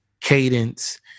cadence